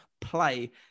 play